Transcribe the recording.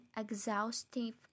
exhaustive